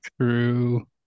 true